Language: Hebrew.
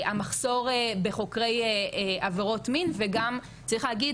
המחסור בחוקרי עבירות מין וגם צריך להגיד,